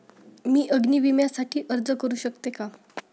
मी अग्नी विम्यासाठी अर्ज करू शकते का?